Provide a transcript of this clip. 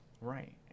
Right